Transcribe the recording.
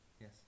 Yes